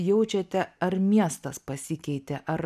jaučiate ar miestas pasikeitė ar